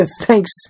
thanks